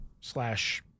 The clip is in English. slash